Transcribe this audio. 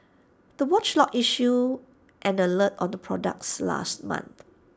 the watchdog issued an alert on the products last month